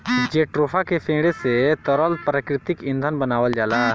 jatropha के पेड़े से तरल प्राकृतिक ईंधन बनावल जाला